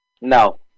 No